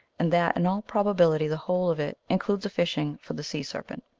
and that in all probability the whole of it includes a fishing for the sea-serpent.